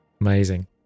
amazing